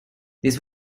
this